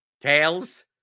Tails